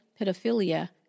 pedophilia